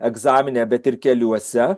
egzamine bet ir keliuose